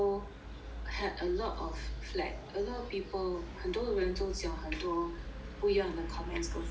I had a lot of flak a lot of people 很多人都讲很多不一样的 comments 跟 feedback